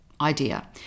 idea